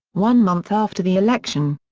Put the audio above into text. one month after the election.